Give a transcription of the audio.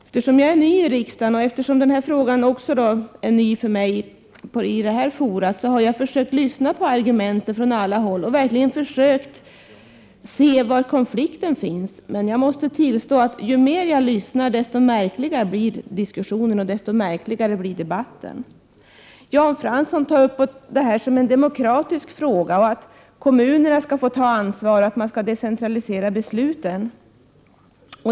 Eftersom jag är ny i riksdagen och eftersom den här frågan också är ny för mig i detta forum, har jag lyssnat på argumenten från alla håll och verkligen försökt se var konflikten finns, men jag måste påstå att ju mer jag lyssnar, desto märkligare blir diskussionen. Jan Fransson ser detta som en demokratifråga och vill att kommunerna skall få ta ansvar, att besluten skall decentraliseras.